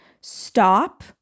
Stop